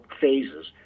phases